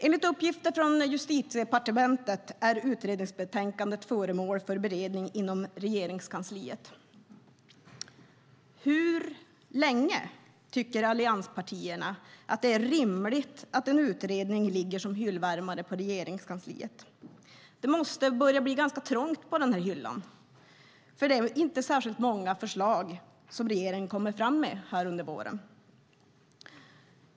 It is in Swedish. Enligt uppgift från Justitiedepartementet är utredningsbetänkandet föremål för beredning inom Regeringskansliet. Hur länge tycker allianspartierna att det är rimligt att en utredning ligger som hyllvärmare på Regeringskansliet? Det måste börja bli ganska trångt på den hyllan, för det är inte särskilt många förslag som regeringen kommer fram med under våren.